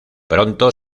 pronto